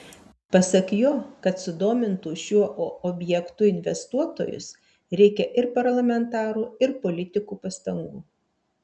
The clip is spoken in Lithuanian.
pasak jo kad sudomintų šiuo objektu investuotojus reikia ir parlamentarų ir politikų pastangų